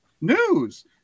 news